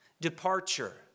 departure